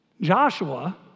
Joshua